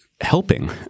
helping